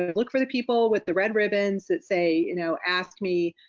and look for the people with the red ribbons that say, you know ask me,